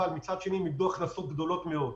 אבל מצד שני הם איבדו הכנסות גדולות מאוד.